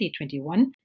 2021